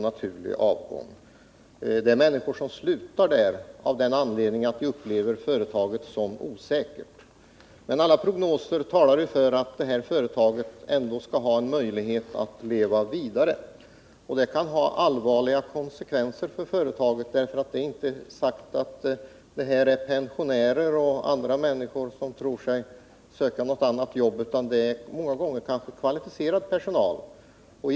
Det finns anställda där som slutar därför att de upplever företaget som osäkert, trots att alla prognoser talar för att detta företag skall ha en möjlighet att leva vidare. De som slutar hör ofta till den kvalificerade personalen.